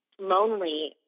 lonely